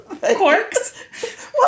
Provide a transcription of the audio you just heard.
Corks